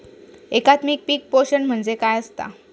एकात्मिक पीक पोषण म्हणजे काय असतां?